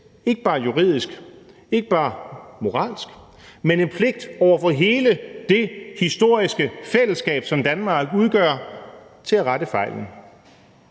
ikke bare juridisk, ikke bare moralsk, men en pligt over for hele det historiske fællesskab, som Danmark udgør, til at rette fejlen.